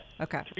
Okay